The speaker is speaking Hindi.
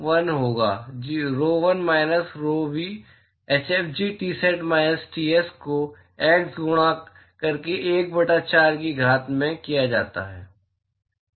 तो वह g rho l होगा rho l minus rho v hfg Tsat minus Ts को x से गुणा करके 1 बटा 4 की घात में किया जाता है